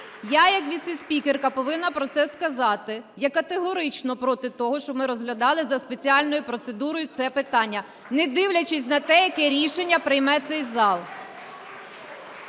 Я як віце-спікерка повинна про це сказати: я категорично проти того, щоб ми розглядали за спеціальною процедурою це питання, не дивлячись на те, яке рішення прийме цей зал.